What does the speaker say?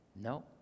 No